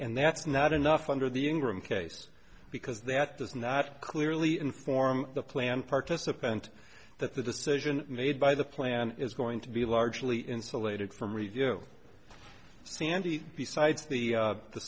and that's not enough under the ingram case because that does not clearly inform the planned participant that the decision made by the plan is going to be largely insulated from review sandie besides the